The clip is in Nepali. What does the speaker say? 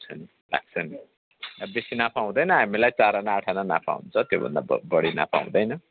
हुन्छ नि लाग्छ नि अब बेसी नाफा हुँदैन हामीलाई चार आना आठ आना नाफा हुन्छ त्योभन्दा ब बढी नाफा हुँदैन